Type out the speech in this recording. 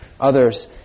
others